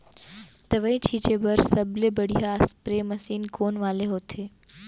दवई छिंचे बर सबले बढ़िया स्प्रे मशीन कोन वाले होथे?